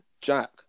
jack